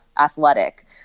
athletic